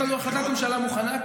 יש לנו החלטת ממשלה מוכנה.